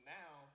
now